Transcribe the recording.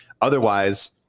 otherwise